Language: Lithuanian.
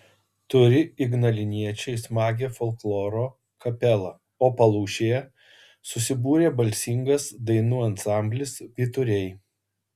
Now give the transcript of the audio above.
turi ignaliniečiai smagią folkloro kapelą o palūšėje susibūrė balsingas dainų ansamblis vyturiai